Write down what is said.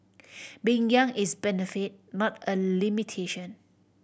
being young is benefit not a limitation